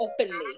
openly